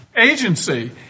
agency